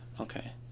Okay